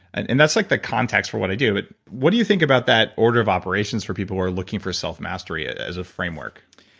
and and that's like the context for what i do. but what do you think about that order of operations for people who are looking for self mastery as a framework?